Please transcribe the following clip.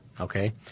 okay